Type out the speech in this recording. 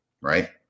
right